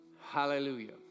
Hallelujah